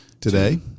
today